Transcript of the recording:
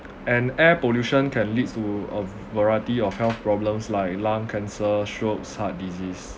and air pollution can lead to a v~ variety of health problems like lung cancer strokes heart disease